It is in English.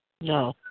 No